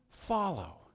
follow